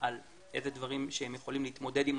על איזה דברים שהם יכולים להתמודד,